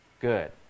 good